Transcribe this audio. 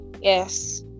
yes